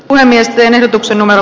puhemiesten ehdotuksen numero